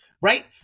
right